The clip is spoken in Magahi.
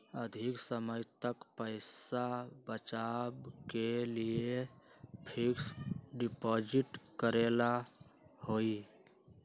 अधिक समय तक पईसा बचाव के लिए फिक्स डिपॉजिट करेला होयई?